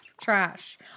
Trash